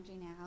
now